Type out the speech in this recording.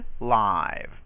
live